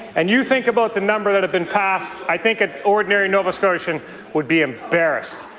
and you think about the number that has been passed, i think an ordinary nova scotian would be embarrassed.